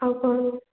ଆଉ କ'ଣ